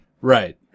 Right